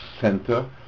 center